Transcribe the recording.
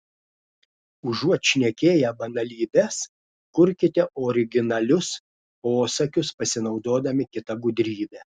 užuot šnekėję banalybes kurkite originalius posakius pasinaudodami kita gudrybe